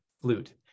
flute